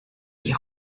die